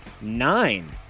nine